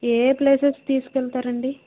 ఏ ఏ ప్లేసెస్ తీసుకెళ్తారండి